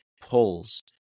pulls